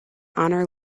honor